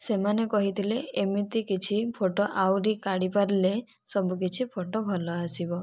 ସେମାନେ କହିଥିଲେ ଏମିତି କିଛି ଫଟୋ ଆହୁରି କାଢ଼ି ପାରିଲେ ସବୁକିଛି ଫଟୋ ଭଲ ଆସିବ